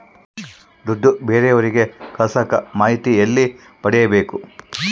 ದುಡ್ಡು ಬೇರೆಯವರಿಗೆ ಕಳಸಾಕ ಮಾಹಿತಿ ಎಲ್ಲಿ ಪಡೆಯಬೇಕು?